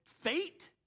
fate